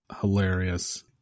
hilarious